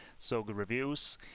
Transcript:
sogoodreviews